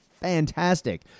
fantastic